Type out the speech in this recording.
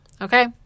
Okay